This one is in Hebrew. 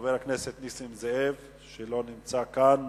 חבר הכנסת נסים זאב, לא נמצא כאן.